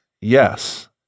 yes